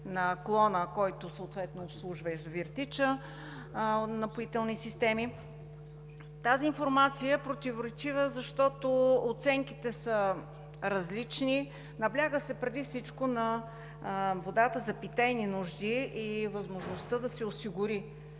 на клона, който обслужва язовир „Тича“, на Напоителни системи. Тази информация е противоречива, защото оценките са различни. Набляга се преди всичко на водата за питейни нужди и възможността да се осигури